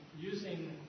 using